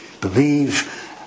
believe